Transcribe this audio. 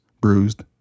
bruised